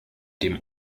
dem